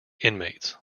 inmates